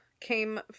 came